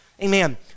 Amen